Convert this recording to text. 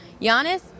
Giannis